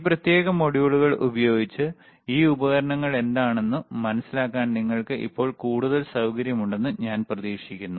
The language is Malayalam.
ഈ പ്രത്യേക മൊഡ്യൂളുകൾ ഉപയോഗിച്ച് ഈ ഉപകരണങ്ങൾ എന്താണെന്ന് മനസിലാക്കാൻ നിങ്ങൾക്ക് ഇപ്പോൾ കൂടുതൽ സൌകര്യമുണ്ടെന്ന് ഞാൻ പ്രതീക്ഷിക്കുന്നു